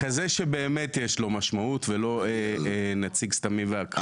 כזה שבאמת יש לו משמעות ולא נציג סתמי ואקראי.